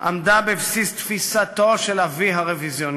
עמדה בבסיס תפיסתו של אבי הרוויזיוניזם.